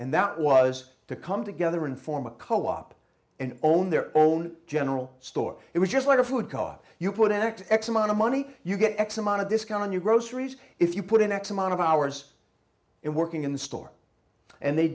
and that was to come together and form a co op and own their own general store it was just like a food car you put an x x amount of money you get x amount of discount on your groceries if you put in x amount of hours in working in the store and they